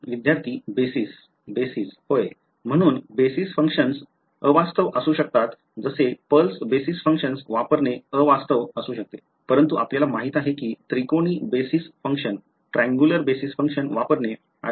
विद्यार्थी basis basis होय म्हणून बेसिस फंक्शन्स अवास्तव असू शकतात जसे पल्स बेसिस फंक्शन वापरणे अवास्तव असू शकते परंतु आपल्याला माहित आहे की त्रिकोणी बेसिस फंक्शन वापरणे अधिक योग्य असू शकते